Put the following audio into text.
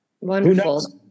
Wonderful